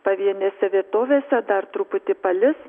pavienėse vietovėse dar truputį palis